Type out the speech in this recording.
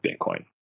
Bitcoin